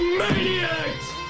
maniacs